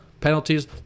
penalties